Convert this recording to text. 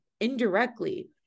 indirectly